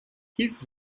his